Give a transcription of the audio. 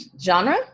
Genre